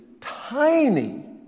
tiny